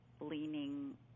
leaning